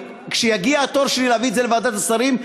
וכשיגיע התור שלי להביא את זה לוועדת השרים,